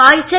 காய்ச்சல்